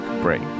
break